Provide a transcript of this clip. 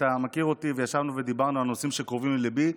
אתה מכיר אותי וישבנו ודיברנו על נושאים שקרובים לליבי,